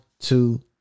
two